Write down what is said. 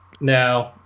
No